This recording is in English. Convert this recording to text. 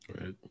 Right